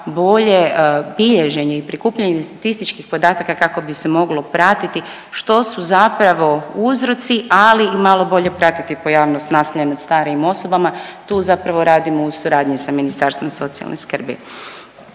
bolje bilježenje i prikupljanje statističkih podataka kako bi se moglo pratiti što su zapravo uzroci, ali i malo bolje pratiti pojavnost nasilja nad starijim osobama. Tu zapravo radimo u suradnji sa Ministarstvom socijalne skrbi.